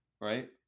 right